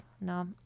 no